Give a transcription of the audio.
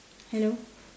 hello